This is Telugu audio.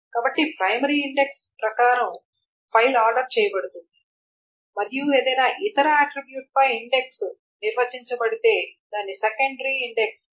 కాబట్టి ప్రైమరీ ఇండెక్స్ ప్రకారం ఫైల్ ఆర్డర్ చేయబడుతుంది మరియు ఏదైనా ఇతర ఆట్రిబ్యూట్ పై ఇండెక్స్ నిర్వచించబడితే దాన్ని సెకండరీ ఇండెక్స్ అంటారు